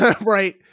Right